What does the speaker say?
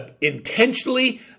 intentionally